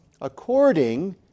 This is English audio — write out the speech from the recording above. according